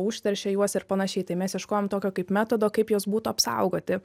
užteršia juos ir panašiai tai mes ieškojom tokio kaip metodo kaip juos būtų apsaugoti